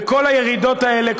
וכל הירידות האלה,